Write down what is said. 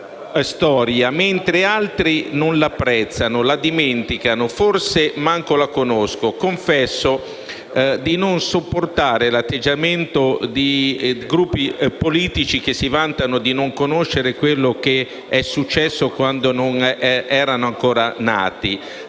mentre altri non l'apprezzano, la dimenticano, forse nemmeno la conoscono. Confesso di non sopportare l'atteggiamento di Gruppi politici che si vantano di non conoscere quello che è successo quando non erano ancora nati.